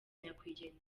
nyakwigendera